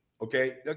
Okay